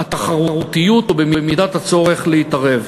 ובמידת הצורך להתערב.